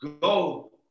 Go